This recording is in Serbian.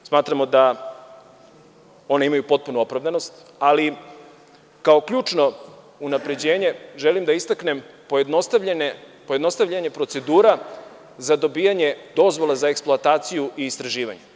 Smatramo da one imaju potpunu opravdanost, ali kao ključno unapređenje želim da istaknem pojednostavljanje procedura za dobijanje dozvola za eksploataciju i istraživanje.